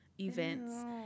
Events